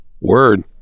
Word